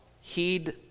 Heed